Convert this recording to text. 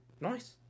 Nice